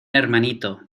hermanito